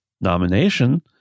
nomination